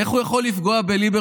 איך הוא יכול לפגוע בליברמן?